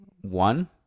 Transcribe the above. one